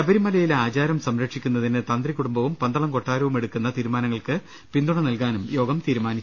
ശബരിമലയിലെ ആചാരം സംര ക്ഷിക്കുന്നതിന് തന്ത്രികുടുംബവും പന്തളം കൊട്ടാരവും എടുക്കുന്ന തീരുമാന ങ്ങൾക്ക് പിന്തുണ നൽകാനും യോഗം തീരുമാനിച്ചു